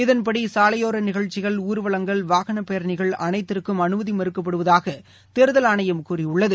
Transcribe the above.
இதன்படி சாலையோர நிகழ்ச்சிகள் ஊர்வலங்கள் வாகன பேரணிகள் அனைத்திற்கும் அனுமதி மறுக்கப்படுவதாக தேர்தல் ஆணையம் கூறியுள்ளது